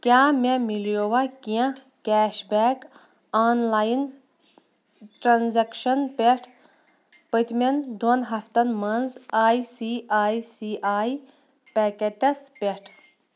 کیٛاہ مےٚ میلیٚووا کیٚنٛہہ cash back online transaction پٮ۪ٹھ پٔتمین دۅن ہفتن مَنٛز I C I C I pockets پیٚٹھ؟